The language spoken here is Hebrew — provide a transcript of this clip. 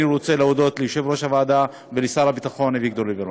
אני רוצה להודות ליושב-ראש הוועדה ולשר הביטחון אביגדור ליברמן.